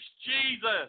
Jesus